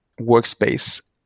workspace